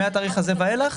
ומהתאריך הזה ואילך,